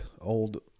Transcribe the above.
old